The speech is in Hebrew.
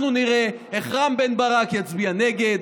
אנחנו נראה איך רם בן ברק יצביע נגד,